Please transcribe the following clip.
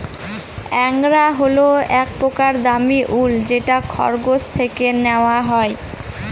angora হল এক প্রকার দামী উল যেটা খরগোশ থেকে নেওয়া হয়